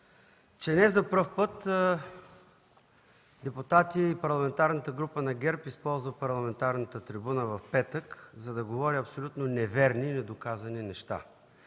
че не за първи път депутати и Парламентарната група на ГЕРБ използват парламентарната трибуна в петък, за да говорят абсолютно неверни и недоказани неща,